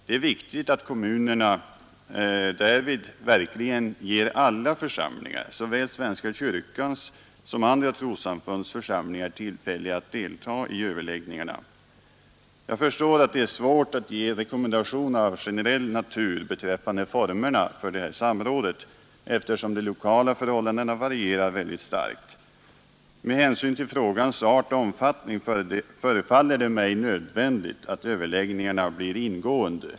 Det är viktigt att kommunerna därvid verkligen ger alla församlingar, såväl svenska kyrkan som andra trossamfunds församlingar, tillfälle att delta i överläggningarna. Jag förstår att det är svårt att ge rekommendationer av generell natur beträffande formerna för detta samråd, eftersom de lokala förhållandena varierar mycket starkt. Med hänsyn till frågans art och omfattning förefaller det mig nödvändigt att överläggningarna blir ingående.